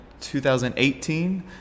2018